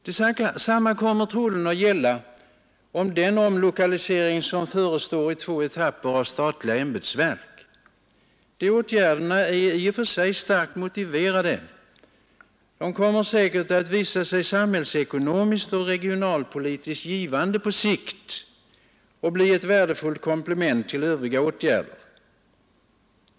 Detsamma kommer troligen att gälla även om den omlokalisering som förestår i två etapper av statliga ämbetsverk. Dessa åtgärder är i och för sig starkt motiverade. De kommer säkert att visa sig samhällsekonomiskt och regionalpolitiskt givande på sikt och bli ett värdefullt komplement till övriga åtgärder.